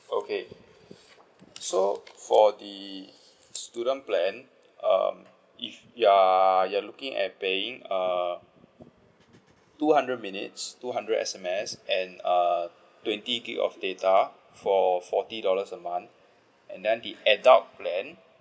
okay so for the student plan um if you're you're looking at paying uh two hundred minutes two hundred S_M_S and err twenty gig of data for forty dollars a month and then the adult plan